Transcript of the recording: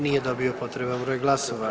Nije dobio potreban broj glasova.